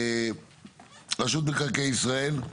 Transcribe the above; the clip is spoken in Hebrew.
רשות מקרקעי ישראל.